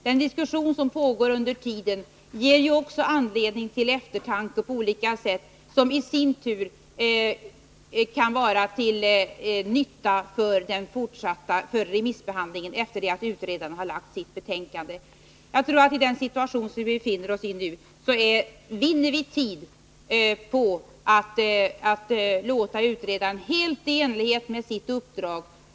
Den diskussion som under tiden pågår ger ju också på olika sätt anledning till eftertanke, vilket i sin tur kan vara till nytta för remissbehandlingen efter det att utredaren har lagt fram sitt betänkande. Jag tror att vi i den situation som vi nu befinner oss i vinner tid på att låta utredaren få fullgöra sitt uppdrag.